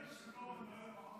הייתי עסוק בדברים נורא חשובים.